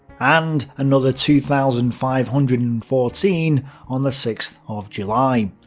and another two thousand five hundred and fourteen on the sixth of july.